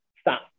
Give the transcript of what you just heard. stop